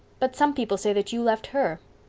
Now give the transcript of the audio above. but some people say that you left her.